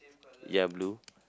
ya blue